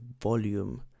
volume